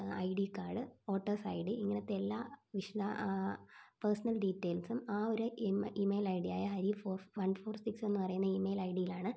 I D card voters I D ഇങ്ങനത്തെ എല്ലാ വിശദ പേഴ്സണൽ ഡീറ്റൈൽസും ആ ഒരു ഈമെ ഈമെയിൽ ഐ ഡിയായ Hari four one four six എന്ന് പറയുന്ന ഇമെയിൽ ഐ ഡിയിലാണ്